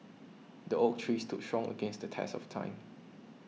the oak tree stood strong against the test of time